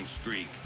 streak